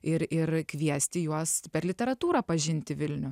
ir ir kviesti juos per literatūrą pažinti vilnių